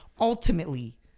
ultimately